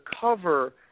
cover